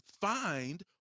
find